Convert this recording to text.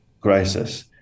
crisis